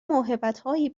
موهبتهایی